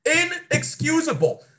Inexcusable